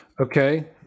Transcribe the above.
Okay